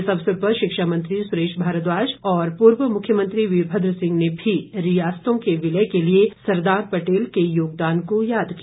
इस अवसर पर शिक्षा मंत्री सुरेश भारद्वाज और पूर्व मुख्यमंत्री वीरभद्र सिंह ने भी रियासतों के विलय के लिए सरदार पटेल के योगदान को याद किया